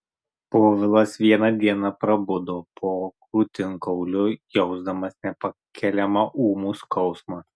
povilas vieną dieną prabudo po krūtinkauliu jausdamas nepakeliamą ūmų skausmą